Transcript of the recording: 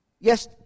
Yes